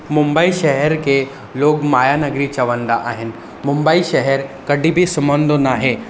मुंबई श्हर खे लोग माया नगरी चंवदा आहिनि मुंबई शहर कॾहिं बि सुम्हंदो नाहे